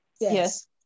yes